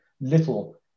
little